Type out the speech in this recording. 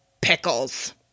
pickles